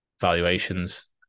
valuations